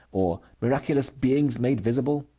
or miraculous beings made visible.